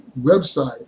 website